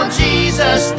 jesus